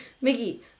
Mickey